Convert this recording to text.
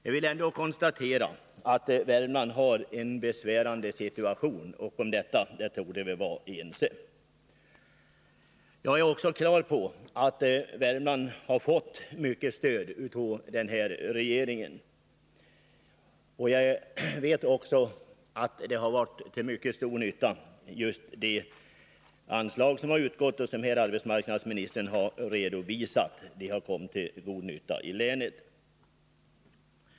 Jag vill ändå konstatera att Värmland har en besvärande situation, och om detta torde vi vara ense. Jag är på det klara med att Värmland har fått mycket stöd av denna regering, och jag vet också att just de anslag som utgått och som arbetsmarknadsministern här har redogjort för har varit till mycket stor nytta i länet.